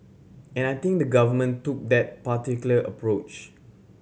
and I think the Government took that particular approach